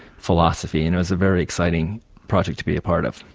philosophy, and it was a very exciting project to be a part of.